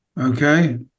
Okay